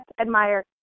admire